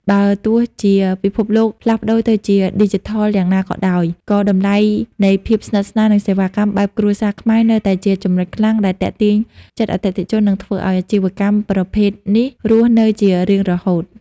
បើទោះជាពិភពលោកផ្លាស់ប្តូរទៅជាឌីជីថលយ៉ាងណាក៏ដោយ ក៏តម្លៃនៃភាពស្និទ្ធស្នាល និងសេវាកម្មបែបគ្រួសារខ្មែរនៅតែជាចំណុចខ្លាំងដែលទាក់ទាញចិត្តអតិថិជន និងធ្វើឱ្យអាជីវកម្មប្រភេទនេះរស់នៅជារៀងរហូត។